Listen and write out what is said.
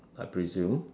I presume